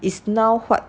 is now what